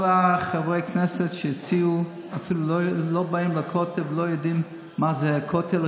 כל חברי הכנסת שהציעו אפילו לא באים לכותל ולא יודעים מה זה הכותל.